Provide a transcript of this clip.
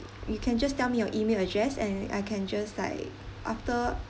you can just tell me your email address and I can just like after